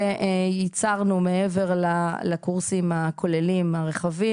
וייצרנו מעבר לקורסים הכוללים הרחבים,